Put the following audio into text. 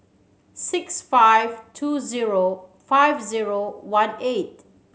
six five two zero five zero one eight